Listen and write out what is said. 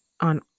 on